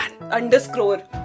underscore